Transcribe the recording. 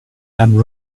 and